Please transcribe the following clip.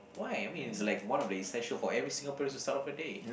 why I mean it's like one of the essential for every Singaporean to start off a day